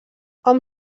hom